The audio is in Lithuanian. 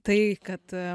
tai kad